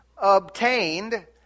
Obtained